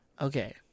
Okay